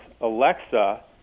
Alexa